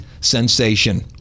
sensation